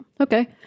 Okay